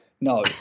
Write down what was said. no